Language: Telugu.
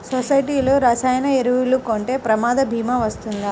సొసైటీలో రసాయన ఎరువులు కొంటే ప్రమాద భీమా వస్తుందా?